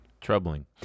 troubling